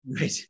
right